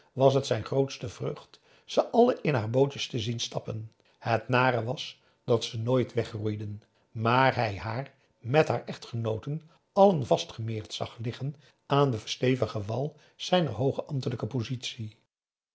was het zijn grootste vreugd ze alle in haar bootjes te zien stappen het nare was dat ze nooit wegroeiden maar hij haar met haar echtgenooten allen vastgemeerd zag liggen aan den stevigen wal zijner hooge ambtelijke positie